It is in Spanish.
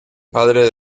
padre